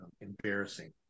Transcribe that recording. embarrassing